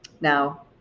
Now